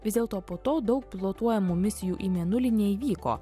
vis dėlto po to daug pilotuojamų misijų į mėnulį neįvyko